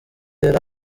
yari